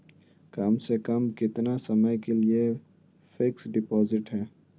कम से कम कितना समय के लिए फिक्स डिपोजिट है?